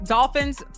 Dolphins